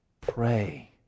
Pray